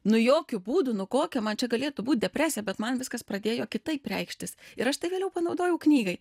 nu jokiu būdu nu kokia man čia galėtų būt depresija bet man viskas pradėjo kitaip reikštis ir aš tai vėliau panaudojau knygai